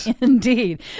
Indeed